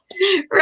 right